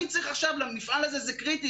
למפעל הזה זה קריטי,